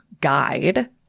guide